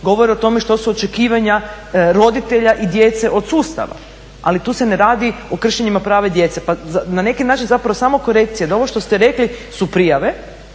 govore o tome što su očekivanja roditelja i djece od sustava ali tu se ne radi o kršenjima prava djece. Pa na neki način zapravo samo korekcija da ovo što ste rekli su prijave